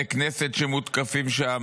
בתי כנסת שמותקפים שם,